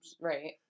Right